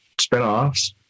spinoffs